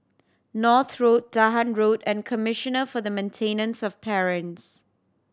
North Road Dahan Road and Commissioner for the Maintenance of Parents